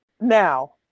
now